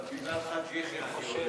אבל בגלל חבר הכנסת חאג' יחיא אני עולה.